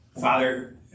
Father